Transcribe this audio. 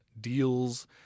deals